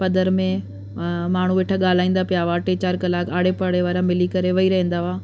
पधर में माण्हू वेठा ॻाल्हाईंदा पिया हुआ टे चारि कलाक आड़े पाड़े वारा मिली करे वेही रहंदा हुआ